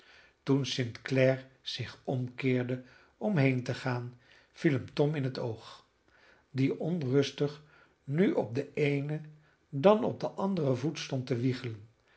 toen st clare zich omkeerde om heen te gaan viel hem tom in het oog die onrustig nu op den eenen dan op den anderen voet stond te wiegelen